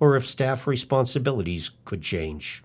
or if staff responsibilities could change